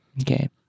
Okay